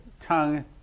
tongue